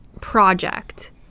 project